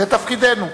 זה תפקידנו.